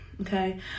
okay